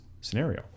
scenario